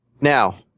Now